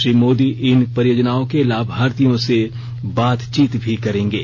श्री मोदी इन परियाजनाओं के लाभार्थियों से बातचीत भी करेंगे